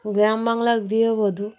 গ্রাম বাংলার গৃহবধূ